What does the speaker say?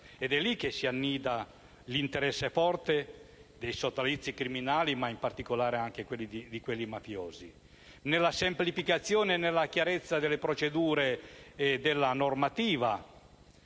ed è li che si annida l'interesse forte dei sodalizi criminali, in particolare di quelli mafiosi. Tramite la semplificazione e la chiarezza delle procedure e della normativa,